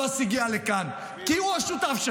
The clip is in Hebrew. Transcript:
מיליון דולר --- תפסיקו עם ההסתה.